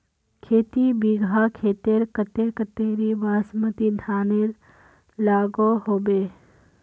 खेती बिगहा खेतेर केते कतेरी बासमती धानेर लागोहो होबे?